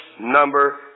number